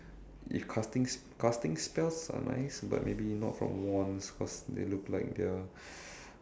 if casting casting spells are nice but maybe not from wands cause they look like they are